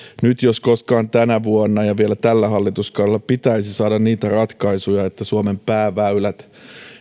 nyt jos koskaan tänä vuonna ja vielä tällä hallituskaudella pitäisi saada niitä ratkaisuja että suomen pääväylät